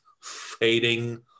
fading